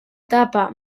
tapa